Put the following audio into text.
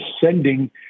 sending